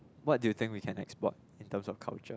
what do you think we can export in terms of culture